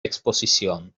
exposición